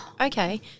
okay